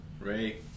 Ray